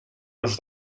was